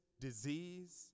disease